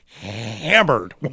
hammered